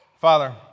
Father